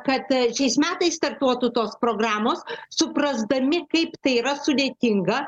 kad šiais metais startuotų tos programos suprasdami kaip tai yra sudėtinga